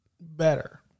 better